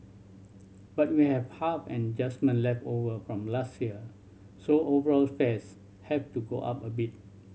but we have half an adjustment left over from last year so overall fares have to go up a bit